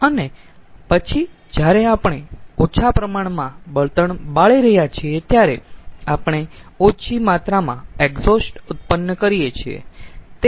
અને પછી જ્યારે આપણે ઓછા પ્રમાણમાં બળતણ બાળી રહ્યા છીએ ત્યારે આપણે ઓછી માત્રામાં એક્ઝોસ્ટ ઉત્પન્ન કરીયે છીએ